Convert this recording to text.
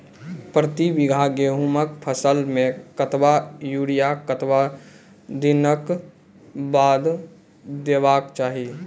प्रति बीघा गेहूँमक फसल मे कतबा यूरिया कतवा दिनऽक बाद देवाक चाही?